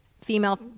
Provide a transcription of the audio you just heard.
female